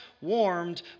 warmed